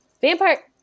Vampire